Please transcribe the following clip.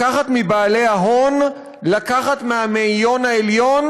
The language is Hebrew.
לקחת מבעלי ההון, לקחת מהמאיון העליון,